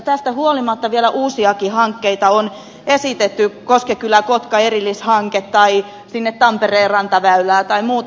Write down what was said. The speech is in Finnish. tästä huolimatta vielä uusiakin hankkeita on esitetty koskenkyläkotka erillishanke tai tampereen rantaväylää tai muuta